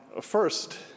First